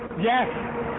yes